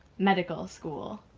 medical school.